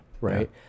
right